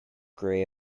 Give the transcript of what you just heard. grey